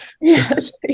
yes